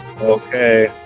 Okay